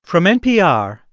from npr,